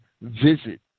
visit